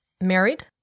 married